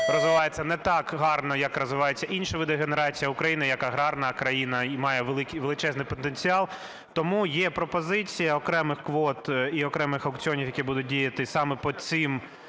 розвивається не так гарно, як розвиваються інші види генерацій. А Україна як аграрна країна має величезний потенціал, тому є пропозиція окремих квот і окремих аукціонів, які будуть діяти саме по цим